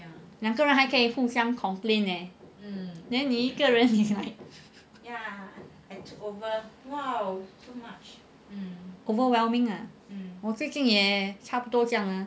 两个人还可以互相 complain leh then 你一个人 is like overwhelming 我最近也差不多这样 ah